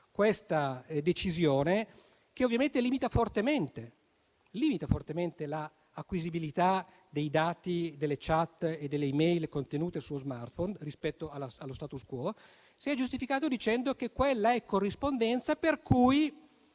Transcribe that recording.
questa decisione, che ovviamente limita fortemente l'acquisibilità dei dati delle *chat* e delle *e-mail* contenute sullo *smartphone* rispetto allo *status quo*, dicendo che quella è corrispondenza per cui,